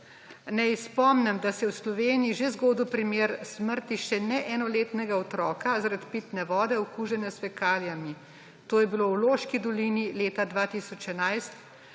Naj spomnim, da se je v Sloveniji že zgodil primer smrti še ne enoletnega otroka zaradi pitne vode, okužene s fekalijami. To je bilo v Loški dolini leta 2011.